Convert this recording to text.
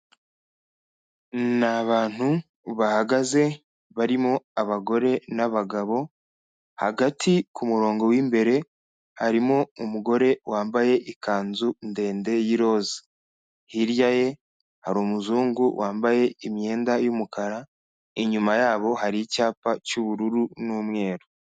Ni abantu bahagaze barimo abagore n'abagabo, hagati ku murongo w'imbere harimo umugore wambaye ikanzu ndende y'iroza, hirya ye hari umuzungu wambaye imyenda y'umukara, inyuma yabo hari icyapa cy'ubururu n'umweru.